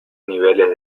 niveles